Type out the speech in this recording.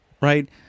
right